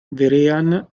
vehrehan